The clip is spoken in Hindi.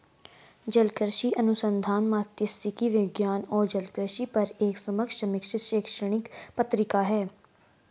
जलकृषि अनुसंधान मात्स्यिकी विज्ञान और जलकृषि पर एक समकक्ष समीक्षित शैक्षणिक पत्रिका है